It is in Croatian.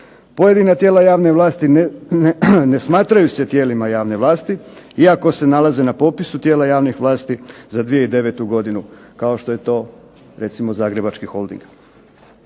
Pojedina tijela javne vlasti ne smatraju se tijelima javne vlasti iako se nalaze na popisu tijela javne vlasti za 2009. godinu, kao što je to recimo Zagrebački holding.